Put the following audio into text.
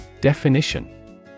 Definition